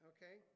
Okay